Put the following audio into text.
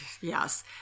Yes